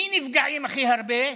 מי נפגעים הכי הרבה?